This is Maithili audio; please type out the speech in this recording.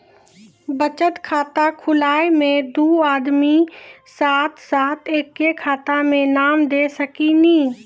बचत खाता खुलाए मे दू आदमी एक साथ एके खाता मे नाम दे सकी नी?